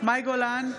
מאי גולן,